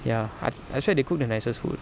ya ah that's why they cook the nicest food